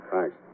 Thanks